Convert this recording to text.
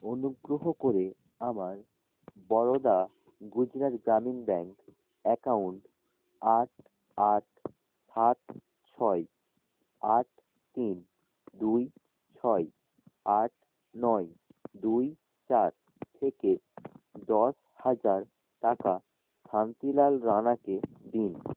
অনুগ্রহ করে আমার বরোদা গুজরাট গ্রামীণ ব্যাঙ্ক অ্যাকাউন্ট আট আট সাত ছয় আট তিন দুই ছয় আট নয় দুই চার থেকে দশ হাজার টাকা শান্তিলাল রাণাকে দিন